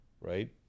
Right